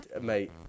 mate